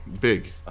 big